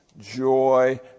joy